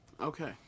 Okay